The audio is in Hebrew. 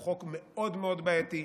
הוא חוק מאוד מאוד בעייתי,